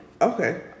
Okay